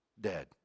dead